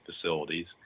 facilities